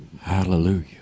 Hallelujah